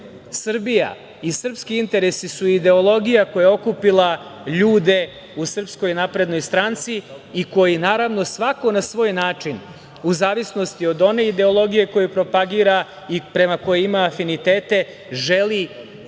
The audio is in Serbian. Srbija i srpski interesi su ideologija koja je okupila ljude u SNS i koji, naravno, svako na svoj način, u zavisnosti od one ideologije koju propagira i prema kojoj ima afinitete, želi i deli